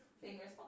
Fingers